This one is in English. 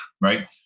right